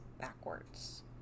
backwards